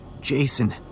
Jason